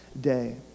day